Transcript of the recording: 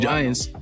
Giants